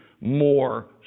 more